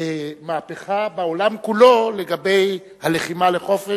מהפכה בעולם כולו לגבי הלחימה לחופש,